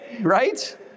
right